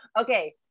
okay